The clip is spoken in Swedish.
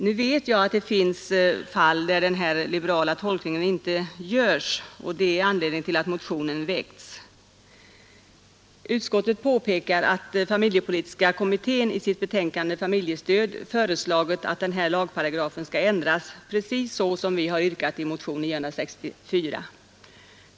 Nu vet jag att det finns fall där dennå liberala tolkning inte görs, och det är anledningen till att motionen väckts. Utskottet påpekar att familjepolitiska kommittén i sitt betänkande Familjestöd föreslagit att den här lagparagrafen skall ändri S precis så som vi har yrkat i motionen 964.